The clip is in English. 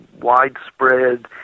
widespread